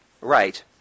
Right